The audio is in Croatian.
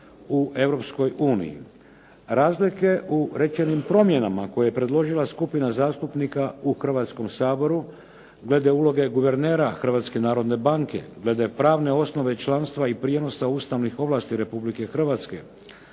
uniji. Razlike u rečenim promjenama koje je predložila skupina zastupnika u Hrvatskom saboru glede uloge guvernera Hrvatske narodne banke, glede pravne osnove članstva i prijenosa ustavnih ovlasti Republike Hrvatske,